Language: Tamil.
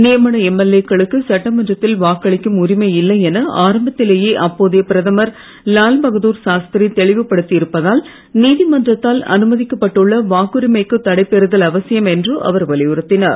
நியமன எம்எல்ஏ க்களுக்கு சட்டமன்றத்தில் வாக்களிக்கும் உரிமை இல்லை என ஆரம்பத்திலேயே அப்போதைய பிரதமர் லால்பகதூர் சாஸ்திரி தெளிவு படுத்தியிருப்பதால் நீதிமன்றத்தால் அனுமதிக்கப்பட்டுள்ள வாக்குரிமைக்கு தடை பெறுதல் அவசியம் என்றும் அவர் வலியுறுத்தினார்